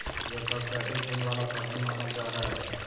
यह सबसे अधिक गुण वाला सब्जी मानल जा हई